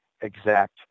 exact